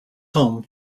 home